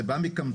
זה בא מקמצנות,